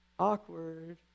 awkward